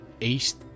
east